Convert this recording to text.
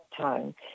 time